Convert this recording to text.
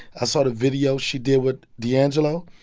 ah sort of video she did with d'angelo.